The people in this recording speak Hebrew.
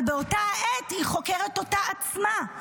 אבל שבאותה העת חוקרת אותה עצמה,